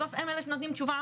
בסוף הם אלה שנותנים תשובה,